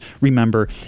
remember